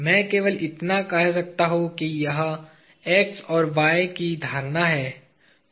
मैं केवल इतना कह सकता हूं कि यह x और y की धारणा है